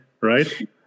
right